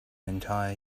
entire